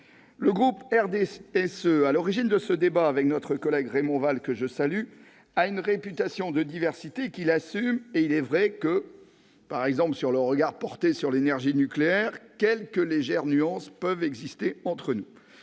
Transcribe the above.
Le groupe du RDSE, à l'origine de ce débat par l'intermédiaire de notre collègue Raymond Vall, que je salue, a une réputation de diversité, qu'il assume. Et il est vrai que, s'agissant par exemple du regard porté sur l'énergie nucléaire, quelques légères nuances peuvent exister entre nous.